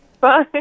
Bye